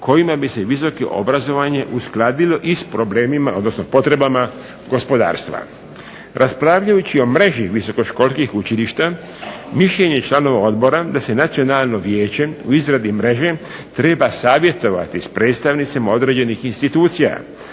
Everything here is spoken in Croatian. kojima bi se visoko obrazovanje uskladilo i s problemima odnosno potrebama gospodarstva. Raspravljajući o mreži visokoškolskih učilišta mišljenje je članova odbora da se Nacionalno vijeće u izradi mreže treba savjetovati sa predstavnicima određenih institucija,